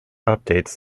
updates